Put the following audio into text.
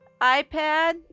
iPad